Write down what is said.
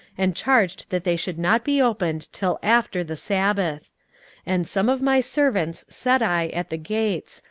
and charged that they should not be opened till after the sabbath and some of my servants set i at the gates,